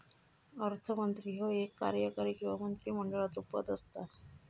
अर्थमंत्री ह्यो एक कार्यकारी किंवा मंत्रिमंडळाचो पद असता